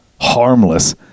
harmless